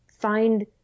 find